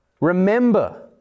Remember